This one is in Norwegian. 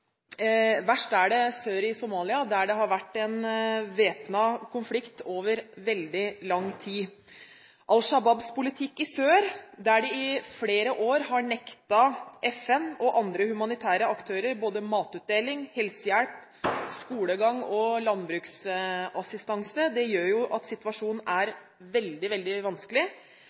Verst er det sør i Somalia der det har vært en væpnet konflikt over veldig lang tid. Al Shabaabs politikk i sør, der de i flere år har nektet FN og andre humanitære aktører matutdeling, helsehjelp, skolegang og landbruksassistanse, gjør jo at situasjonen er veldig vanskelig,